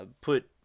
put